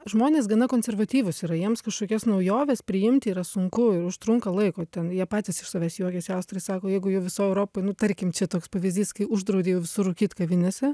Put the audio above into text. žmonės gana konservatyvūs yra jiems kažkokias naujoves priimti yra sunku užtrunka laiko ten jie patys iš savęs juokiasi austrai sako jeigu jau visoj europoj nu tarkim čia toks pavyzdys kai uždraudė jau visur rūkyt kavinėse